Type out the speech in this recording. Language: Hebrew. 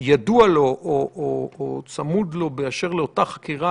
ידוע או צמוד לו המידע באשר לאותה חקירה